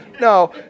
no